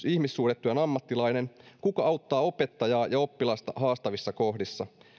ihmissuhdetyön ammattilainen kuka auttaa opettajaa ja oppilasta haastavissa kohdissa ei